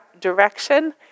direction